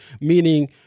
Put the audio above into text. Meaning